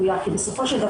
לפני שנשמע את דודי,